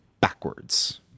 backwards